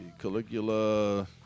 caligula